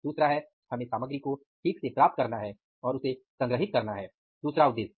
दूसरा है हमें सामग्री को ठीक से प्राप्त करना है और उसे संग्रहीत करना है दूसरा उद्देश्य